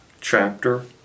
chapter